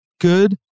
good